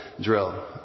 drill